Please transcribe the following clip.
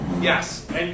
Yes